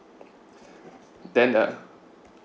then uh